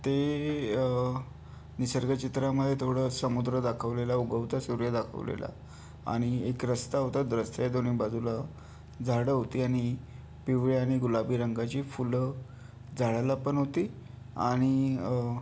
ते निसर्ग चित्रामध्ये थोडं समुद्र दाखवलेला उगवता सूर्य दाखवलेला आणि एक रस्ता होता रस्त्याच्या दोन्ही बाजूला झाडं होती आणि पिवळी आणि गुलाबी रंगाची फुलं झाडाला पण होती आणि